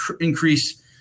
increase